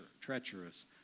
treacherous